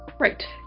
Right